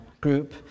group